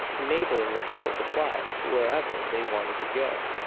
enabling the people to fly wherever they wanted to go.